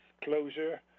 closure